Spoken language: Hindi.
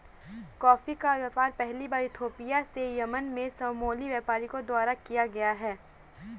कॉफी का व्यापार पहली बार इथोपिया से यमन में सोमाली व्यापारियों द्वारा किया गया